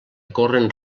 corren